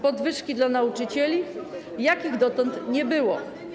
Podwyżki dla nauczycieli, jakich dotąd nie było.